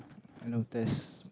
hello test